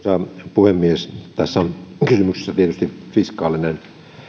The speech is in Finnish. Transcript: puhemies tässä on kysymyksessä tietysti fiskaalinen